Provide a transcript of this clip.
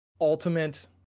ultimate